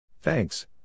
Thanks